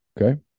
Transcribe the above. Okay